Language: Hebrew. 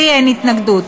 לי אין התנגדות.